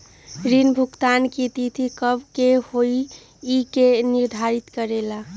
ऋण भुगतान की तिथि कव के होई इ के निर्धारित करेला?